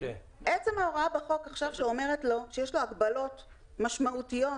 עצם ההוראה בחוק שאומרת לו שיש לו הגבלות משמעותיות